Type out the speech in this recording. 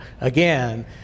again